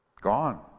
gone